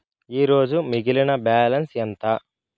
ఈరోజు మిగిలిన బ్యాలెన్స్ ఎంత?